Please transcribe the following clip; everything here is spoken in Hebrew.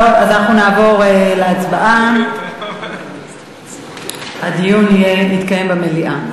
אנחנו נעבור להצבעה, הדיון יתקיים במליאה.